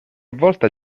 volta